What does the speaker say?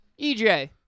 EJ